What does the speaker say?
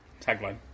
Tagline